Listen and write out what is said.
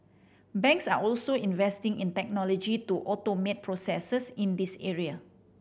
banks are also investing in technology to automate processes in this area